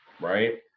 Right